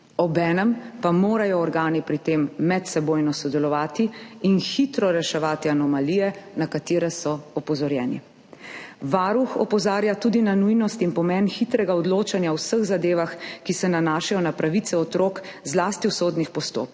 Obenem pa morajo organi pri tem medsebojno sodelovati in hitro reševati anomalije, na katere so opozorjeni. Varuh opozarja tudi na nujnost in pomen hitrega odločanja v vseh zadevah, ki se nanašajo na pravice otrok, zlasti v sodnih postopkih,